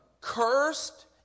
Cursed